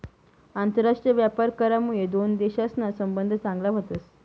आंतरराष्ट्रीय व्यापार करामुये दोन देशसना संबंध चांगला व्हतस